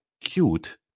cute